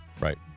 Right